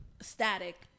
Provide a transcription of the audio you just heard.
static